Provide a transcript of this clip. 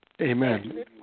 Amen